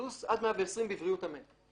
טוס עד 120 בבריאות, אמן.